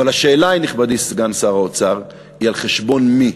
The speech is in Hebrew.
אבל השאלה היא, נכבדי סגן שר האוצר, על חשבון מי?